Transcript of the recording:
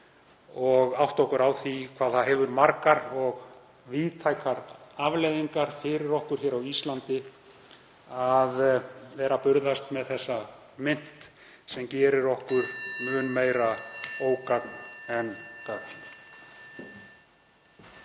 og átta okkur á því að það hefur margar og víðtækar afleiðingar fyrir okkur hér á Íslandi að vera að burðast með þessa mynt sem gerir okkur mun meira ógagn en gagn.